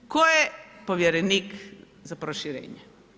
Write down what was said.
Tko je povjerenik za proširenje?